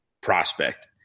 prospect